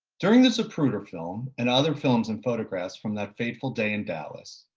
during this zapruder film and other films and photographs from that fateful day in dallas,